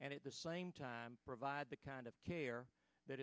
and at the same time provide the kind of care that